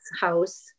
house